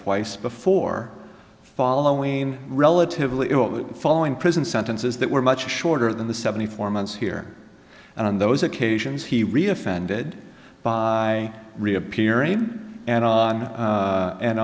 twice before following relatively following prison sentences that were much shorter than the seventy four months here and on those occasions he really offended by reappearing and on